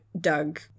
Doug